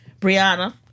Brianna